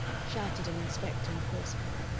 shouted an inspector on horseback,